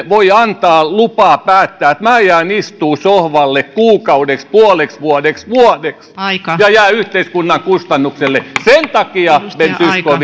voi antaa lupaa päättää että minä jään istumaan sohvalle kuukaudeksi puoleksi vuodeksi vuodeksi ja jäädä yhteiskunnan kustannukselle sen takia ben zyskowicz